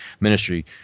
ministry